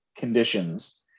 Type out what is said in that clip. conditions